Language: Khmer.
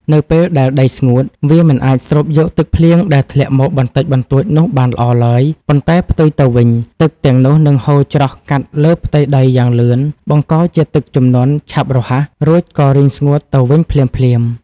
នៅពេលដែលដីស្ងួត វាមិនអាចស្រូបយកទឹកភ្លៀងដែលធ្លាក់មកបន្តិចបន្តួចនោះបានល្អឡើយ ប៉ុន្តែផ្ទុយទៅវិញ ទឹកទាំងនោះនឹងហូរច្រោះកាត់លើផ្ទៃដីយ៉ាងលឿន បង្កជាទឹកជំនន់ឆាប់រហ័ស រួចក៏រីងស្ងួតទៅវិញភ្លាមៗ។